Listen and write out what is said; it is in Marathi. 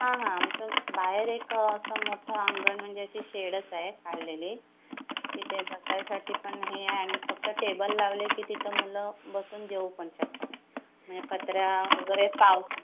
हां हां आमचं बाहेर एक असं मोठं अंगण म्हणजे अशी शेडच आहे काढलेली तिथे बसायसाठी पण हे आहे आणि फक्त टेबल लावले की तिथं मुलं बसून जेवू पण शकतात म्हणजे पत्र्या वगैरे पावसाळ्यात